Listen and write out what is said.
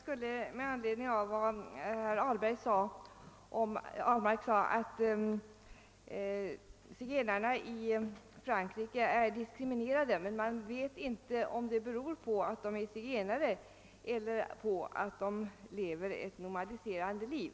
Herr talman! Herr Ahlmark sade att zigenarna är diskriminerade i Frankrike men att man inte vet om det beror på att de är zigenare eller på att de för ett nomadiserande liv.